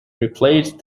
replaced